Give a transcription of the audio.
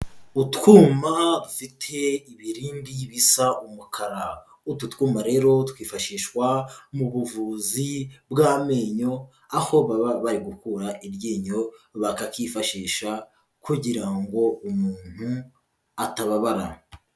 Utwuma dufite ibirindi bisa umukara, utu twuma rero twifashishwa mu buvuzi bw'amenyo, aho baba bari gukura iryinyo bakakifashisha kugira ngo umuntu atababara.